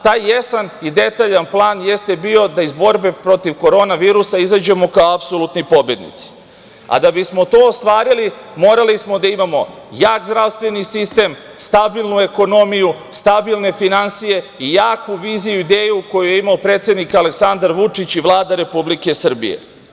Taj jasan i detaljan plan jeste bio da iz borbe protiv korona virusa, izađemo kao pobednici, a da bismo to ostvarili morali smo da imamo jak zdravstveni sistem, stabilnu ekonomiju, stabilne finansije i jaku viziju i ideju koju je imao predsednik Aleksandar Vučić i Vlada Republike Srbije.